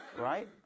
Right